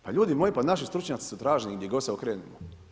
Pa ljudi moji, naši stručnjaci su traženi gdje god se okrenemo.